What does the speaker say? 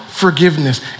forgiveness